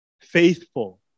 Faithful